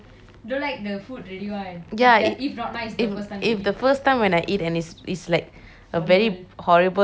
ya if if the first time when I eat and it's it's like a very horrible review means I wouldn't eat back